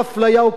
יראו בו,